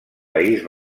país